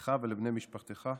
לך ולבני משפחתך.